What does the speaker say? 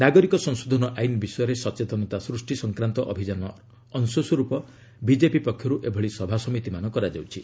ନାଗରିକ ସଂଶୋଧନ ଆଇନ୍ ବିଷୟରେ ସଚେତନତା ସୃଷ୍ଟି ସଂକ୍ରାନ୍ତ ଅଭିଯାନର ଅଂଶସ୍ୱର୍ପ ବିଜେପି ପକ୍ଷରୁ ଏଭଳି ସଭାସମିତିମାନ କରାଯାଉଛି